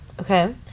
okay